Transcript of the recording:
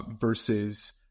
versus